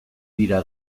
dira